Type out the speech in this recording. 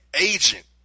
agent